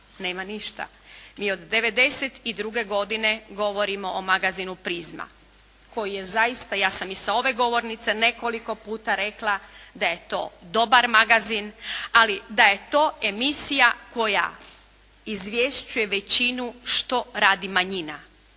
nema ništa. Mi od '92. godine govorimo o magazinu "Prizma" koji je zaista, ja sam i sa ove govornice nekoliko puta rekla da je dobar magazin ali da je to emisija koja izvješćuje većinu što radi manjina.